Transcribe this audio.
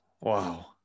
wow